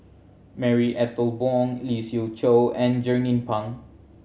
Marie Ethel Bong Lee Siew Choh and Jernnine Pang